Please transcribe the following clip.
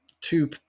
two